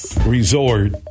resort